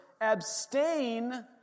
abstain